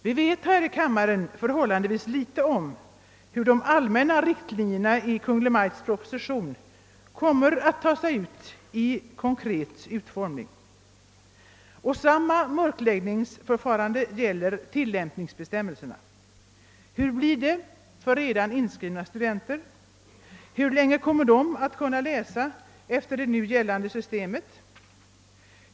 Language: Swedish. Vi vet i denna kammare förhållandevis litet om hur de allmänna riktlinjerna i Kungl. Maj:ts proposition kommer att gestalta sig i konkret utformning. Samma mörkläggningsförfarande gäller tillämpningsbestämmelserna. Hur blir det för redan inskrivna studenter? Hur länge kommer de att kunna läsa enligt det nu gällande systemet?